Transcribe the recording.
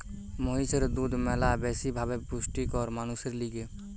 মহিষের দুধ ম্যালা বেশি ভাবে পুষ্টিকর মানুষের লিগে